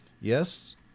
Yes